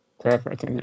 Perfect